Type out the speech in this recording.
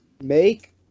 Make